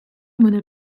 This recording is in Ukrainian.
мене